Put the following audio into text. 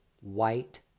white